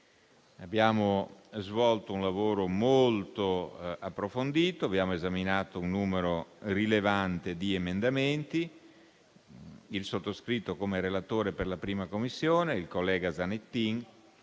Abbiamo svolto un lavoro molto approfondito ed esaminato un numero rilevante di emendamenti, il sottoscritto, come relatore per la 1a Commissione, e il collega Zanettin,